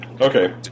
Okay